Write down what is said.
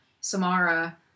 Samara